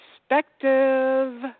perspective